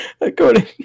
according